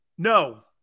No